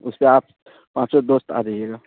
اس سےہ آپ پانچ سو دوست آ جائیے گا